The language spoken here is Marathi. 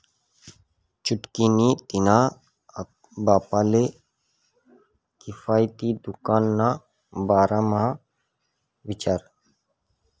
छुटकी नी तिन्हा बापले किफायती दुकान ना बारा म्हा विचार